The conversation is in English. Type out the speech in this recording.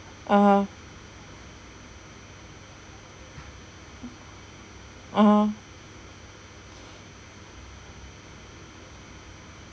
(uh huh) (uh huh)